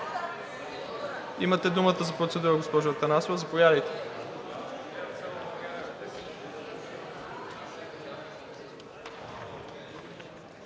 Имате думата за процедура, госпожо Атанасова – заповядайте.